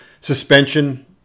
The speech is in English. suspension